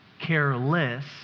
careless